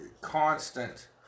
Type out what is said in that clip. constant